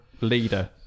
leader